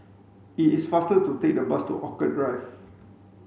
it is faster to take the bus to Orchid Drive